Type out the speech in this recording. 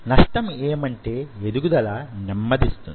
నష్టం ఏమంటే ఎదుగుదల నెమ్మదిస్తుంది